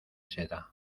seda